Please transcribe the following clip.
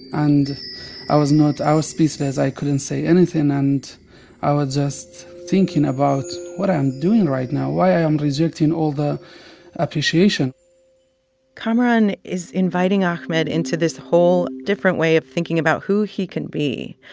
and i was not i was speechless. i couldn't say anything. and i was just thinking about what i'm doing right now, why i am rejecting all the appreciation kamaran is inviting ahmed into this whole different way of thinking about who he can be,